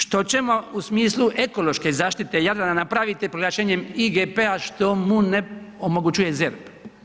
Što ćemo u smislu ekološke zaštite Jadrana napraviti proglašenjem IGP-a što mu ne omogućuje ZERP?